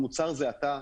המוצר זה אתה,